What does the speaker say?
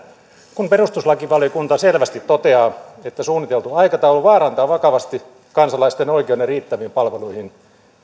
kun perustuslakivaliokunta selvästi toteaa että suunniteltu aikataulu vaarantaa vakavasti kansalaisten oikeuden riittäviin palveluihin